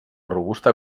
robusta